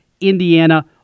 Indiana